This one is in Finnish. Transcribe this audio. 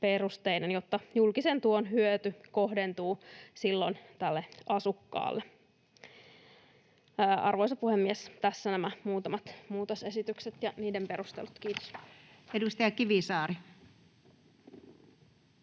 jotta julkisen tuen hyöty kohdentuu silloin tälle asukkaalle. Arvoisa puhemies! Tässä nämä muutamat muutosesitykset ja niiden perustelut. — Kiitos. [Speech 360]